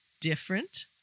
different